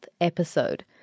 episode